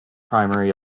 primary